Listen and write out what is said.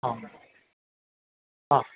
ആ ആ